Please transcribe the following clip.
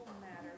matter